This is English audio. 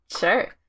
sure